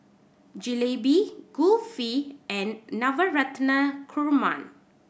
Jalebi Kulfi and Navratan Korma